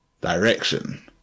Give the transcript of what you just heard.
direction